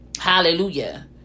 Hallelujah